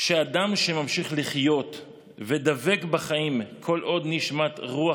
שאדם שממשיך לחיות ודבק בחיים כל עוד נשמת רוח